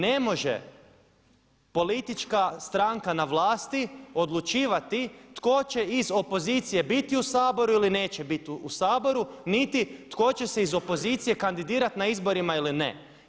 Ne može politička stranka na vlasti odlučivati tko će iz opozicije biti u Saboru ili neće bit u Saboru, niti tko će se iz opozicije kandidirati na izborima ili ne.